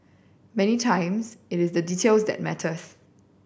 many times it is the details that matters